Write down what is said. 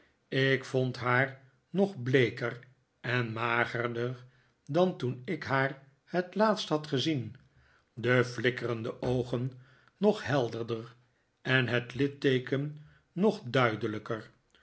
ik vond haar nog bleeker en magerder dan toen ik haar het laatst had gezien de flikkerende oogen nog helderder en het litteeken nog duidelijkei